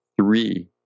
three